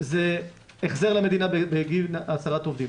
זה החזר למדינה בגין הצלת עובדים.